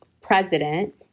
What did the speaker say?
president